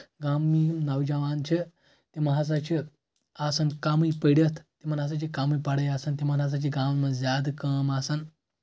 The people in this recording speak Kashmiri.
گامہٕ یِم نوجوان چھِ تِم ہسا چھِ آسان کمٕے پٔرِتھ تِمن ہسا چھِ کمٕے پرٲے آسان تِمن ہسا چھِ گامن منٛز زیادٕ کٲم آسان